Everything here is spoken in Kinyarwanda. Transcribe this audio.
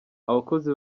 abakozi